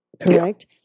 Correct